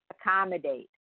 accommodate